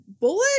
bullet